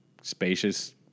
spacious